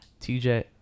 TJ